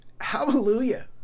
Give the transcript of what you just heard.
hallelujah